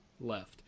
left